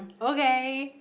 okay